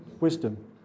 wisdom